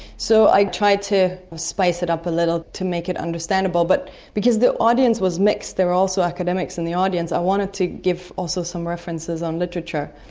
so i tried to spice it up a little to make it understandable, but because the audience was mixed, there were also academics in the audience, i wanted to give also some references on literature.